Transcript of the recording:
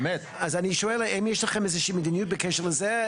אז אני שואל האם יש לכם איזושהי מדיניות בקשר לזה?